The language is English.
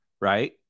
right